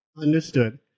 Understood